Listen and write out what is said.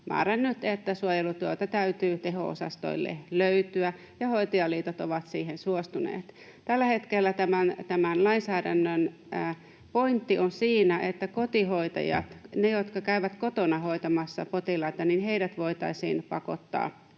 määrännyt, että suojelutyötä täytyy teho-osastoille löytyä ja hoitajaliitot ovat siihen suostuneet. Tällä hetkellä tämän lainsäädännön pointti on siinä, että kotihoitajat, ne, jotka käyvät kotona hoitamassa potilaita, voitaisiin pakottaa